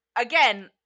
Again